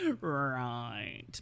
Right